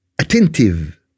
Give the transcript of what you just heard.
attentive